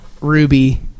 Ruby